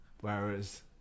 Whereas